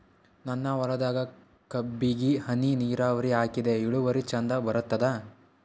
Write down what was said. ನನ್ನ ಹೊಲದಾಗ ಕಬ್ಬಿಗಿ ಹನಿ ನಿರಾವರಿಹಾಕಿದೆ ಇಳುವರಿ ಚಂದ ಬರತ್ತಾದ?